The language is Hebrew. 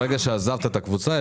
ברגע שעזבת את הקבוצה,